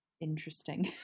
interesting